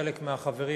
חלק מהחברים,